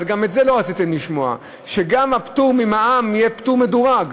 אבל גם את זה לא רציתם לשמוע: שגם הפטור ממע"מ יהיה פטור מדורג,